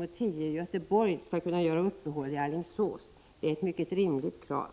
5.10 från Göteborg skall göra uppehåll i Alingsås. Det är ett mycket rimligt krav.